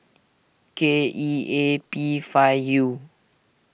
K E A P five U